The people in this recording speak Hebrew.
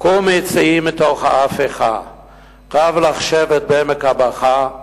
קומי צאי מתוך ההפכה / רב לך שבת בעמק הבכא /